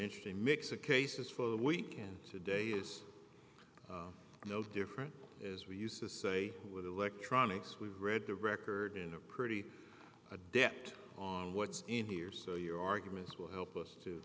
interesting mix of cases for the weekend today is no different as we used to say with electronics we read the record in a pretty adept on what's in here so your arguments will help us to